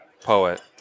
Poet